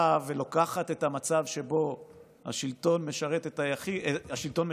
באה ולוקחת את המצב שבו השלטון משרת את היחיד